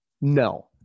No